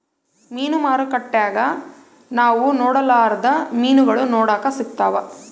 ಮೀನು ಮಾರುಕಟ್ಟೆಗ ನಾವು ನೊಡರ್ಲಾದ ಮೀನುಗಳು ನೋಡಕ ಸಿಕ್ತವಾ